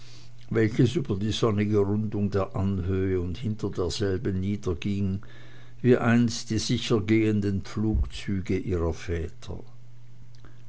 welches über die sonnige rundung der anhöhe und hinter derselben niederging wie einst die sicher gehenden pflugzüge ihrer väter